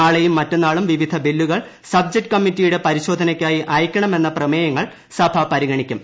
നാളെയും മറ്റന്നാളും വിവിധ ബില്ലുകൾ സബ്ജക്ട് കമ്മിറ്റിയുടെ പരിശോധനയ്ക്കായി അയയ്ക്കണമെന്ന പ്രമേയങ്ങൾ സഭ പരിഗ്ണിക്കും